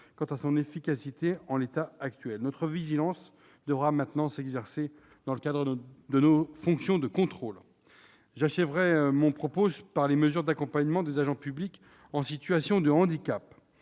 quant à son efficacité en l'état. Notre vigilance devra désormais s'exercer dans le cadre de notre fonction de contrôle. Je souhaiterais également évoquer les mesures d'accompagnement des agents publics en situation de handicap,